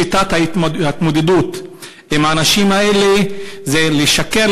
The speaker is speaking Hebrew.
שיטת ההתמודדות עם האנשים האלה זה לשקר,